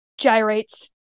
gyrates